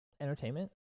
entertainment